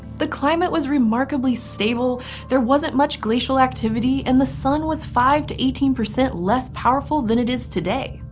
the climate was remarkably stable there wasn't much glacial activity, and the sun was five to eighteen percent less powerful than it is today.